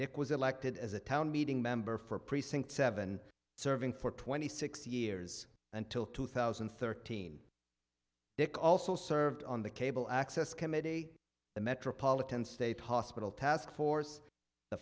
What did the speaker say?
dick was elected as a town meeting member for precinct seven serving for twenty six years until two thousand and thirteen dick also served on the cable access committee the metropolitan state hospital taskforce the